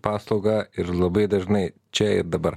paslaugą ir labai dažnai čia ir dabar